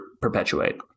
perpetuate